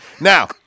Now